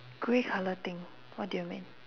grey colour thing what do you mean